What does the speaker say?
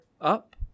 up